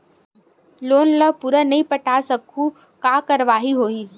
Loan ला पूरा नई पटा सकहुं का कारवाही होही?